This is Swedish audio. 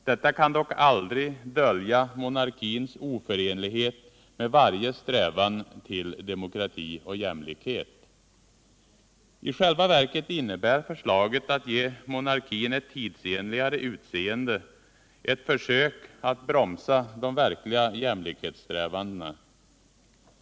Detta kan dock aldrig dölja monarkins oförenlighet med varje strävan till demokrati och jämlikhet. I själva verket innebär förslaget att ge monarkin ett tidsenligare utseende, ett försök att bromsa de verkliga jämlikhetssträvandena.